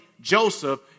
Joseph